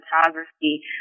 photography